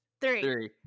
three